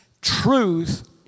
Truth